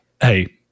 Hey